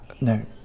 no